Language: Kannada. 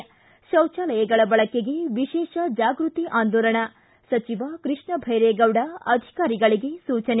ಿ ಶೌಚಾಲಯಗಳ ಬಳಕೆಗೆ ವಿಶೇಷ ಜಾಗೃತಿ ಆಂದೋಲನ ಸಚಿವ ಕೃಷ್ಣ ಭೈರೇಗೌಡ ಅಧಿಕಾರಿಗಳಿಗೆ ಸೂಚನೆ